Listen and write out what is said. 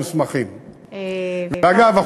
ואגב,